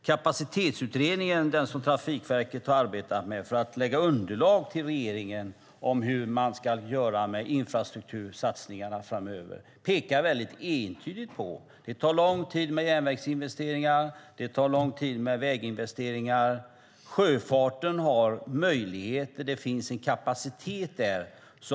Kapacitetsutredningen - den utredning som Trafikverket arbetat med för att lägga fram ett underlag till regeringen om hur man ska göra med infrastruktursatsningarna framöver - pekar väldigt entydigt på att det tar lång tid med järnvägsinvesteringar och väginvesteringar. Men sjöfarten har möjligheter. Där finns en kapacitet.